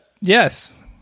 Yes